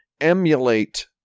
emulate